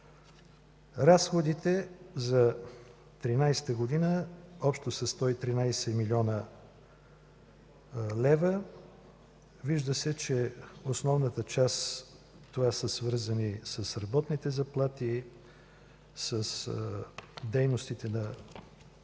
Разходите за 2013 г. общо са 113 млн. лв. Вижда се, че основната част е свързана с работните заплати, с дейностите на